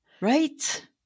Right